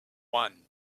one